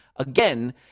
Again